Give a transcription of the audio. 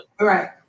Right